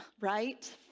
right